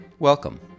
Welcome